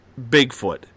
Bigfoot